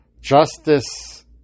Justice